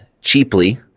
cheaply